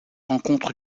rencontre